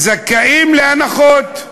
זכאיות להנחות,